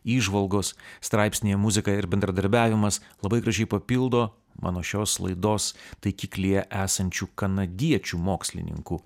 įžvalgos straipsnyje muzika ir bendradarbiavimas labai gražiai papildo mano šios laidos taikiklyje esančių kanadiečių mokslininkų